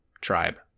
tribe